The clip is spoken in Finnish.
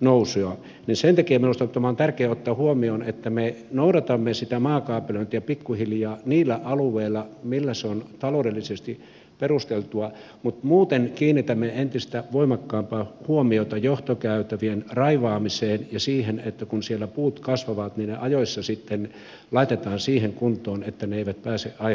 nousua niin sen takia minusta tämä on tärkeä ottaa huomioon että me noudatamme sitä maakaapelointia pikkuhiljaa niillä alueilla millä se on taloudellisesti perusteltua mutta muuten kiinnitämme entistä voimakkaampaa huomiota johtokäytävien raivaamiseen ja siihen että kun siellä puut kasvavat niin ne ajoissa sitten laitetaan siihen kuntoon että ne eivät pääse aiheuttamaan ongelmia